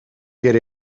get